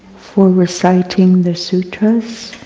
for reciting the sutras,